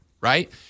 Right